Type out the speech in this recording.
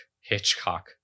Hitchcock